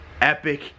epic